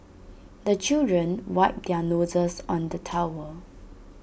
the children wipe their noses on the towel